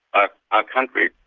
our our country.